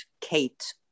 Kate